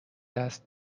دست